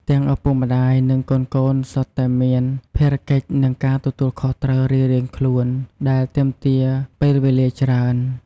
ទាំងឪពុកម្ដាយ និងកូនៗសុទ្ធតែមាន ភារកិច្ច និងការទទួលខុសត្រូវរៀងៗខ្លួន ដែលទាមទារពេលវេលាច្រើន។